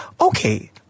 Okay